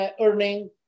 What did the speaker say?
earning